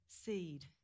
seed